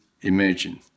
imagine